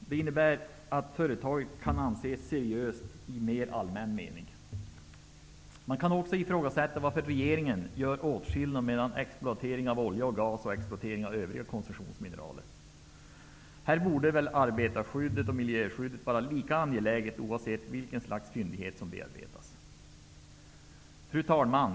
Detta innebär att företaget skall anses vara seriöst i en mer allmän mening. Man kan också ifrågasätta varför regeringen gör åtskillnad mellan exploatering av olja och gas och exploatering av övriga koncessionsmineraler. Här borde väl arbetarskyddet och miljöhänsynen vara lika angelägna oavsett vilket slags fyndighet som bearbetas. Fru talman!